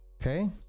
Okay